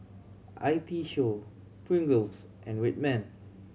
I T Show Pringles and Red Man